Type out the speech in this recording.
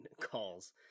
calls